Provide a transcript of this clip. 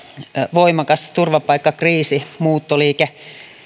voimakas turvapaikkakriisi muuttoliike